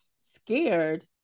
scared